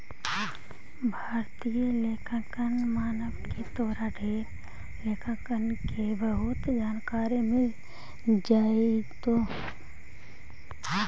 भारतीय लेखांकन मानक में तोरा ढेर लेखांकन के बहुत जानकारी मिल जाएतो